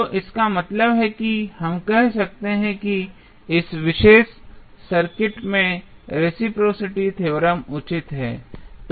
तो इसका मतलब है कि हम कह सकते हैं कि इस विशेष सर्किट में रेसिप्रोसिटी थ्योरम उचित है